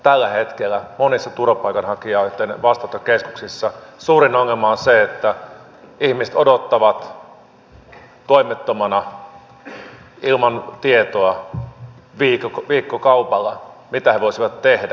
tällä hetkellä monissa turvapaikanhakijoitten vastaanottokeskuksissa suurin ongelma on että ihmiset odottavat viikkokaupalla toimettomana ilman tietoa mitä he voisivat tehdä